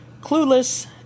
Clueless